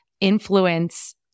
influence